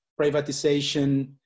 privatization